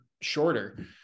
shorter